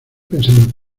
pensando